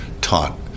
taught